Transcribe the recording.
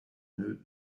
nœud